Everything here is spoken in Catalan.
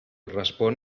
respon